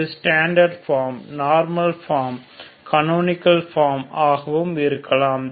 இது standard form normal form canonical form ஆகவும் இருக்கலாம்